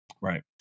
Right